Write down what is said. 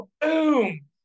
boom